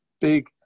big